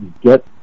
get